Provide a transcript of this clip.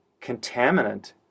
contaminant